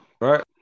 right